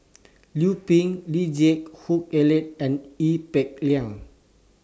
Liu Peihe Lee Geck Hoon Ellen and Ee Peng Liang